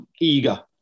eager